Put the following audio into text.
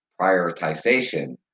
prioritization